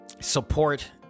support